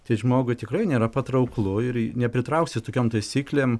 tai žmogui tikrai nėra patrauklu ir nepritrauksi tokiom taisyklėm